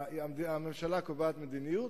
הממשלה קובעת מדיניות,